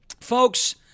Folks